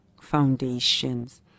foundations